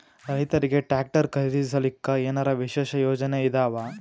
ರೈತರಿಗೆ ಟ್ರಾಕ್ಟರ್ ಖರೀದಿಸಲಿಕ್ಕ ಏನರ ವಿಶೇಷ ಯೋಜನೆ ಇದಾವ?